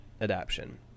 adaption